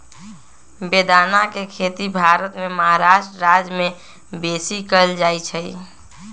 बेदाना के खेती भारत के महाराष्ट्र राज्यमें बेशी कएल जाइ छइ